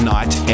Night